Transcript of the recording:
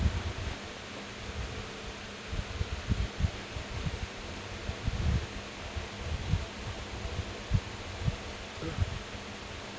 uh